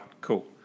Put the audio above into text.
cool